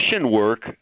work